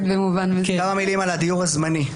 כמה מילים על הדיור הזמני.